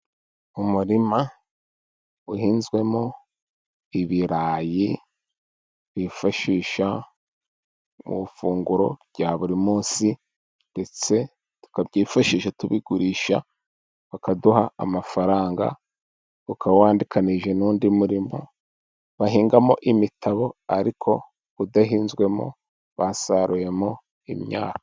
Umurima uhinzwemo ibirayi bifashisha mu ifunguro rya buri munsi ndetse tukabyifashisha tubigurisha bakaduha amafaranga. Ukaba wandikanije n'undi murima bahingamo imitabo ariko udahinzwemo basaruyemo imyaka.